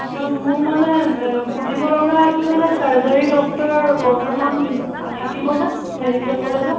হয় মোৰ মানে সুধিব লগা আছিলে যে চাৰ্জাৰীৰ ডক্তৰ বৰ্তমান থাকিবনে মেডিকেল কলেজত